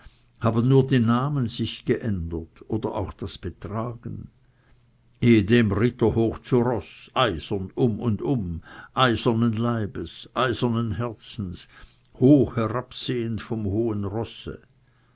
haben nur die namen sich geändert oder auch das betragen ehedem ritter hoch zu roß eisern um und um eisernen leibes eisernen herzens hoch herabsehend vom hohen rosse